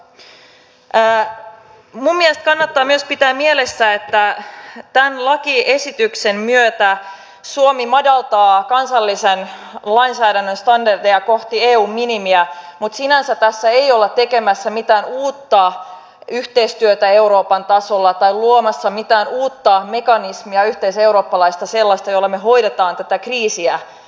minun mielestäni kannattaa myös pitää mielessä että tämän lakiesityksen myötä suomi madaltaa kansallisen lainsäädännön standardeja kohti eun minimiä mutta sinänsä tässä ei olla tekemässä mitään uutta yhteistyötä euroopan tasolla tai luomassa mitään uutta mekanismia yhteiseurooppalaista sellaista jolla me hoidamme tätä kriisiä